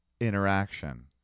interaction